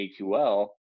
AQL